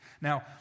Now